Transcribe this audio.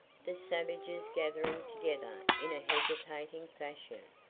the savages gathering together in a hesitating fashion,